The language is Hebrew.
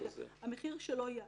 המחיר שלו יעלה.